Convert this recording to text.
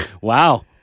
Wow